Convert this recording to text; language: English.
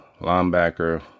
linebacker